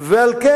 אבל תתקנו את זה.